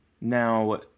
now